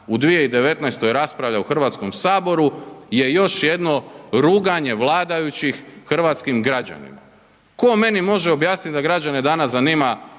u 2019. raspravlja u Hrvatskom saboru je još jednom ruganje vladajućih hrvatskim građanima. Tko meni može objasniti da građane danas zanima